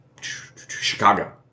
Chicago